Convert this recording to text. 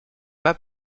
pas